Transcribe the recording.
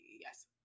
yes